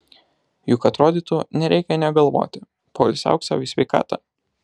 juk atrodytų nereikia nė galvoti poilsiauk sau į sveikatą